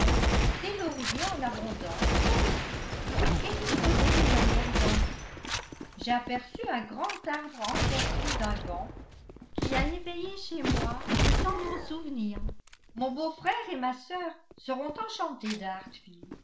lauriers en abondance comme ici et disposés d'une manière identique j'ai aperçu un grand arbre encerclé d'un banc qui a éveillé chez moi de tendres souvenirs mon beau-frère et ma sœur seront enchantés